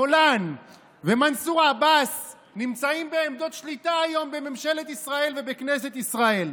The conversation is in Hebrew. גולן ומנסור עבאס נמצאים בעמדות שליטה היום בממשלת ישראל ובכנסת ישראל.